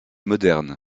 moderne